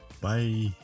Bye